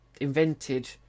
invented